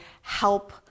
help